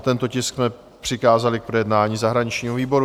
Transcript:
Tento tisk jsme přikázali k projednání zahraničnímu výboru.